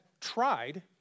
tried